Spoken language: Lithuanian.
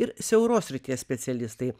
ir siauros srities specialistai